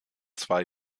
zwei